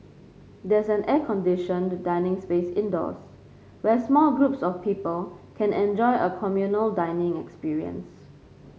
there's an air conditioned dining space indoors where small groups of people can enjoy a communal dining experience